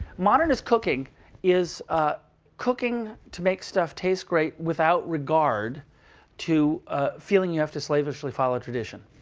modernist cooking is ah cooking to make stuff taste great without regard to ah feeling you have to slavishly follow tradition.